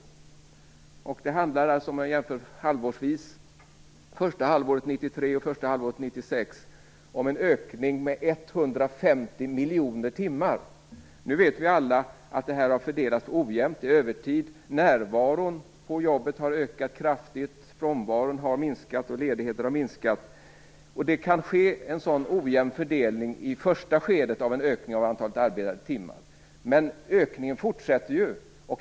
Om man jämför första halvåret 1993 med första halvåret 1996, handlar det om en ökning med 150 miljoner timmar. Nu vet vi alla att det här har fördelats ojämnt. Det är fråga om övertid, närvaron på jobben har ökat kraftigt och frånvaron och ledigheterna har minskat. Det kan ske en sådan ojämn fördelning i första skedet av en ökning av antalet arbetade timmar. Men ökningen fortsätter ju.